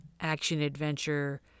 action-adventure